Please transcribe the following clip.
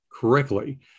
correctly